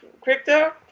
crypto